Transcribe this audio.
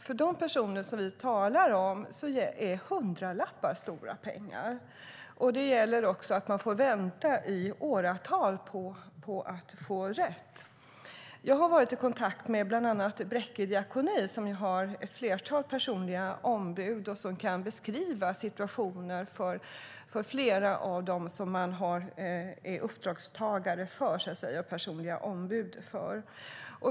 För de personer som vi talar om är hundralappar stora pengar. Man får dessutom vänta i åratal på att få rätt. Jag har varit i kontakt med bland annat Bräcke Diakoni som organiserar ett flertal personliga ombud. De kan beskriva hur situationen är för flera av dem som de är personliga ombud för.